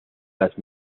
las